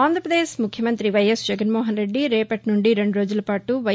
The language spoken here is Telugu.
ఆంధ్రప్రదేశ్ ముఖ్యమంతి వైయస్ జగన్మోహన్ రెడ్డి రేపటి నుండి రెండు రోజులపాటు వై